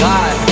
God